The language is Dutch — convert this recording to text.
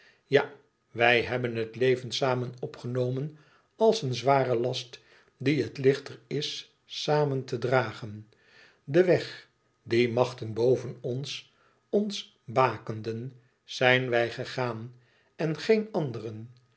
ja wij hebben het leven samen opgenomen als een zware last dien het lichter is samen te dragen den weg die machten boven ons ons bakenden zijn wij gegaan en geen anderen